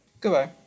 goodbye